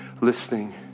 listening